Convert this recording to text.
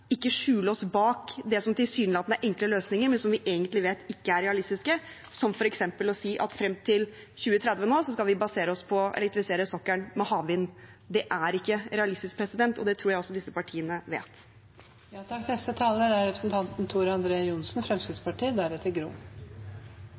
ikke skjule oss bak det som tilsynelatende er enkle løsninger, men som vi egentlig vet ikke er realistisk, som f.eks. å si at frem til 2030 skal vi basere oss på å elektrifisere sokkelen med havvind. Det er ikke realistisk, og det tror jeg også disse partiene